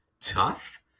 tough